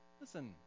Listen